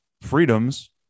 freedoms